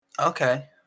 Okay